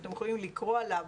ואתם יכולים לקרוא עליו,